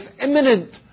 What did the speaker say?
imminent